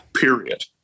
Period